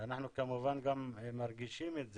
אנחנו כמובן גם מרגישים את זה,